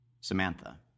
Samantha